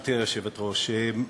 גברתי היושבת-ראש, תודה,